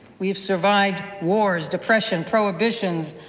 we have survived wars, depressions, prohibitions.